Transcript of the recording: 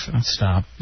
Stop